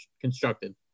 constructed